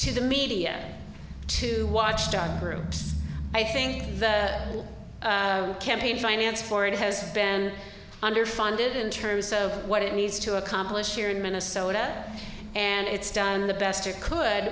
to the media to watchdog groups i think the campaign finance for it has been underfunded in terms so what it needs to accomplish here in minnesota and it's done the best you could